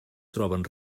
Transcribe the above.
troben